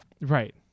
Right